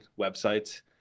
websites